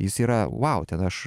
jis yra wow ten aš